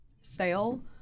sale